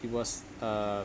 it was uh